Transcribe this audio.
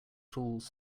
tools